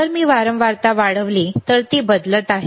जर मी वारंवारता वाढवली तर ती बदलत आहे